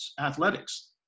athletics